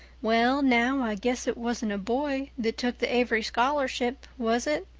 well now, i guess it wasn't a boy that took the avery scholarship, was it?